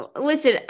Listen